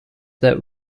that